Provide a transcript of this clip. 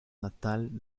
natal